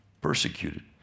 persecuted